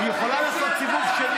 חברת הכנסת סטרוק,